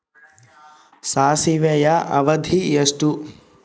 ಸಾಸಿವೆಯ ಅವಧಿ ಎಷ್ಟು?